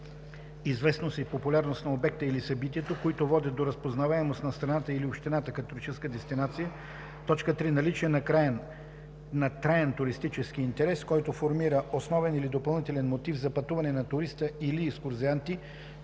известност и популярност на обекта или събитието, които водят до разпознаваемост на страната или общината като туристическа дестинация; 3. наличие на траен туристически интерес, който формира основен или допълнителен мотив за пътуване на туристи или екскурзианти;